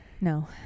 No